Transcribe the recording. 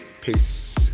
peace